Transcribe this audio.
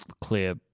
clear